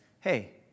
hey